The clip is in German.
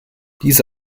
diese